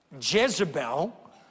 Jezebel